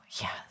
yes